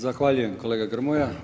Zahvaljujem kolega Grmoja.